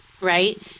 right